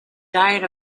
diet